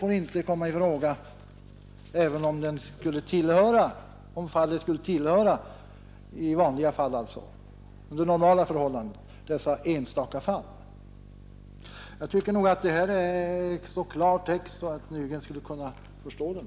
Jag tycker nog att detta är utsagt i så klar text att herr Nygren skulle kunna förstå det.